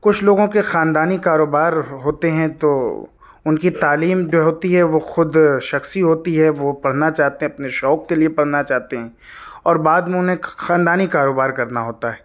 کچھ لوگوں کے خاندانی کاروبار ہوتے ہیں تو ان کی تعلیم جو ہوتی ہے وہ خود شخصی ہوتی ہے وہ پڑھنا چاہتے ہیں اپنے شوق کے لیے پڑھنا چاہتے ہیں اور بعد میں انہیں خاندانی کاروبار کرنا ہوتا ہے